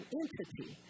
entity